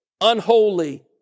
unholy